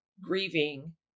grieving